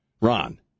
Ron